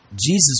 Jesus